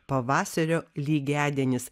pavasario lygiadienis